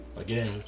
Again